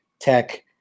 tech